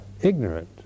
ignorant